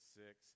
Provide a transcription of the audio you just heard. six